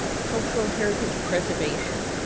ah cultural heritage preservation.